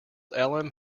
elam